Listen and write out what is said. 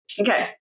Okay